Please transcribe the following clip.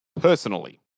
personally